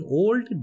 old